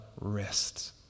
rests